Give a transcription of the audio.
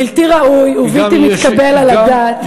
בלתי ראוי ובלתי מתקבל על הדעת,